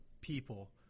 people